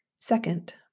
Second